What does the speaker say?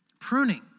Pruning